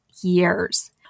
years